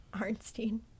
Arnstein